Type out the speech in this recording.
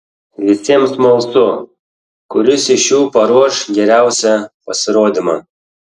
visiems smalsu kuris iš jų paruoš geriausią pasirodymą